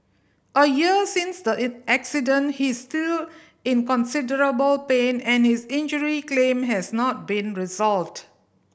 a year since the accident he is still in considerable pain and his injury claim has not been resolved